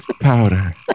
powder